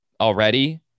already